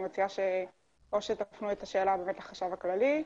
אני מציעה שתפנו את השאלה לחשב הכללי,